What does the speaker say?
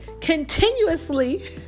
Continuously